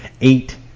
eight